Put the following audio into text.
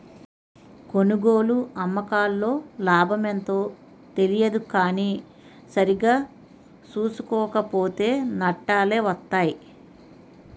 కొనుగోలు, అమ్మకాల్లో లాభమెంతో తెలియదు కానీ సరిగా సూసుకోక పోతో నట్టాలే వొత్తయ్